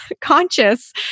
conscious